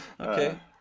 Okay